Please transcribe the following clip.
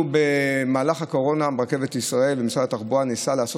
במהלך הקורונה משרד התחבורה ניסה לעשות